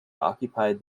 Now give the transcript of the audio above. occupied